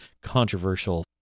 controversial